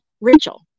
Rachel